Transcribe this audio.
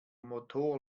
motor